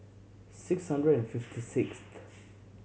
six hundred and fifty sixth